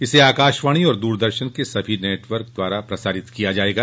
इसे आकाशवाणी और दूरदर्शन के सभी नेटवर्क द्वारा प्रसारित किया जायेगा